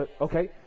Okay